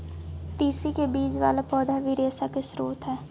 तिस्सी के बीज वाला पौधा भी रेशा के स्रोत हई